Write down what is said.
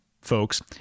folks